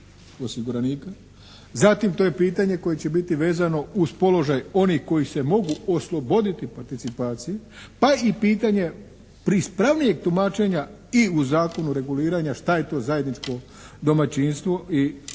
Zatim, to je pitanje koje će biti vezano uz položaj onih koji se mogu osloboditi participacije, pa i pitanje ispravnijeg tumačenja i zakonu reguliranja šta je to zajedničko domaćinstvu i da